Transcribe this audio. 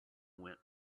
went